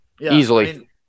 easily